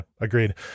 agreed